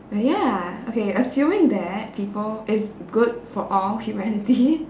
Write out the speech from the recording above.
oh ya okay assuming that people it's good for all humanity